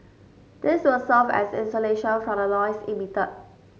this will serve as insulation from the noise emitted